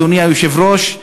אדוני היושב-ראש,